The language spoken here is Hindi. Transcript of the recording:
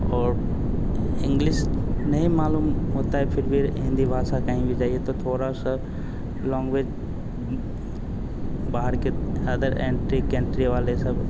और इंग्लिस नहीं मालूम होता है फिर भी हिन्दी भाषा कहीं भी जाइए तो थोड़ा सा लॉन्गवे बाहर के अदर एंट्री केन्ट्री वाले सब